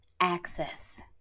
access